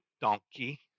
donkey